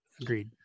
Agreed